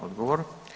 Odgovor.